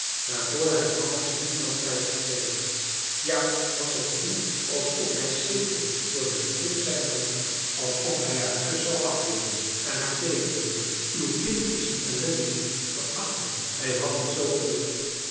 waarvoor hij hanna's liefde had prijsgegeven ja was t niet alsof hij sidderde voor den blik zijner moeder alsof hij haar kus zou afweren en haar tegenroepen uw kind is een ellendeling veracht hem marcellus emants een drietal novellen hij had het zoo gewild